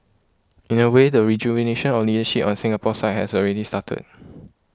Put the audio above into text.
in a way the rejuvenation of leadership on Singapore side has already started